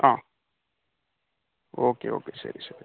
ആ okay okay ശരി ശരി